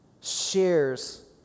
shares